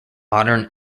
modern